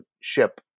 ship